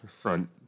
front